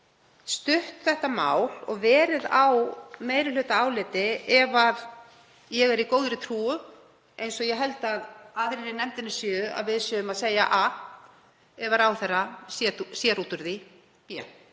stutt þetta mál og verið á meirihlutaáliti ef ég er í góðri trú, eins og ég held að aðrir í nefndinni séu, um að við séum að segja eitt en ráðherra sjái út úr því